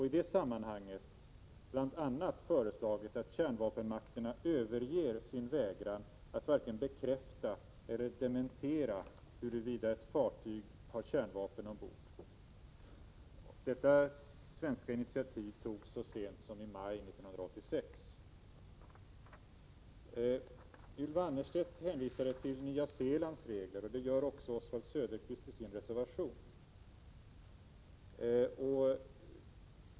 I det sammanhanget har Sverige bl.a. föreslagit att kärnvapenmakterna överger sin vägran att vare sig bekräfta eller dementera huruvida ett fartyg har kärnvapen ombord. Detta svenska initiativ togs så sent som i maj i år. Ylva Annerstedt hänvisade till Nya Zeelands regler. Det gör också Oswald Söderqvist i sin reservation.